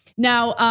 now